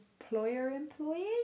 employer-employee